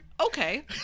okay